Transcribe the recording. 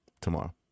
tomorrow